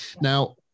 Now